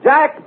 Jack